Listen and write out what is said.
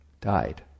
died